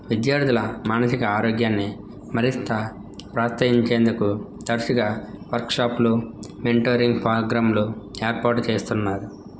విద్యార్థుల మానసిక ఆరోగ్యాన్ని మరీస్త ప్రోత్సహించేందుకు తరచుగా వర్క్షాప్లు మెంటోరింగ్ పోగ్రాంలు ఏర్పాటు చేస్తున్నారు